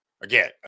again